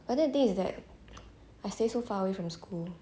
but then the thing is that I stay so far away from school